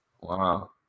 wow